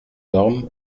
ormes